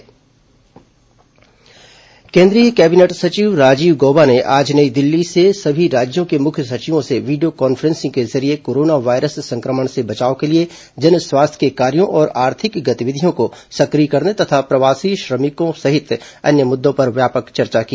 corona cabinet सचिव समीक्षा केंद्रीय कैबिनेट सचिव राजीव गौबा ने आज नई दिल्ली से सभी राज्यों के मुख्य सचिवों से वीडियो कान्फ्रेसिंग के जरिये कोरोना वायरस संक्रमण से बचाव के लिए जन स्वास्थ्य के कार्यो और आर्थिक गतिविधियों को सक्रिय करने तथा प्रवासी श्रमिकों सहित अन्य मुद्दों पर व्यापक चर्चा की